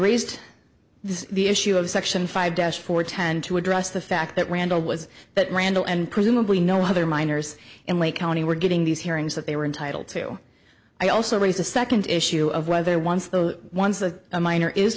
this the issue of section five dash for ten to address the fact that randall was that randall and presumably no other miners in lake county were getting these hearings that they were entitled to i also raise a second issue of whether once the once a miner is